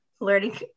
learning